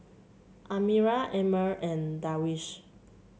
Amirah Ammir and Darwish